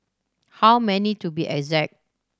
how many to be exact